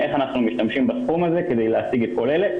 איך אנחנו משתמשים בסכום הזה כדי להשיג את כל אלה.